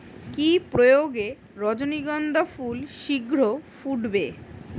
কি প্রয়োগে রজনীগন্ধা ফুল শিঘ্র ফুটবে?